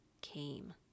came